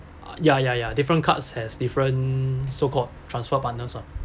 ya ya ya different cards has different so called transfer partners ah